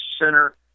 center